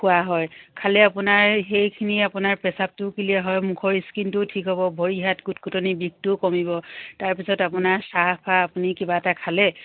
খোৱা হয় খালে আপোনাৰ সেইখিনি আপোনাৰ প্ৰাস্ৰাৱটোও ক্লিয়াৰ হয় মুখৰ স্কিনটোও ঠিক হ'ব ভৰি হাত কুটকুটনিৰ বিষটোও কমিব তাৰ পিছত আপোনাৰ চাহ ফাহ আপুনি কিবা এটা খালে